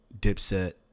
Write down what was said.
Dipset